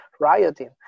rioting